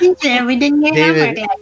David